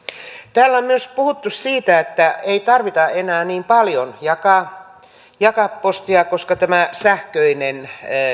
täällä on myös puhuttu siitä että ei tarvitse enää niin paljon jakaa jakaa postia koska tämä sähköinen